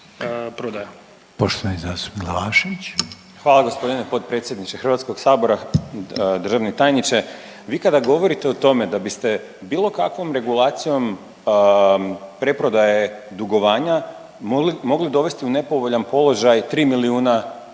Bojan (Nezavisni)** Hvala gospodine potpredsjedniče Hrvatskog sabora. Državni tajniče vi kada govorite o tome da biste bilo kakvom regulacijom preprodaje dugovanja mogli dovesti u nepovoljan položaj 3 milijuna drugih